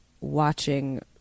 watching